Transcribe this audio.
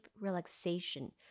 relaxation